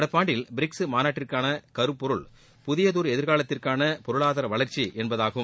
நடப்பாண்டின் BRICS மாநாட்டிற்கான கருப்பொருள் புதியதொரு எதிர்காலத்திற்கான பொருளாதார வளர்ச்சி என்பதாகும்